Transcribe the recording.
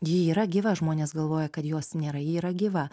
ji yra gyva žmonės galvoja kad jos nėra ji yra gyva